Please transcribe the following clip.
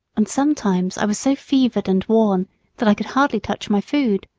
and sometimes i was so fevered and worn that i could hardly touch my food.